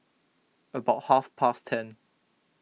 about half past ten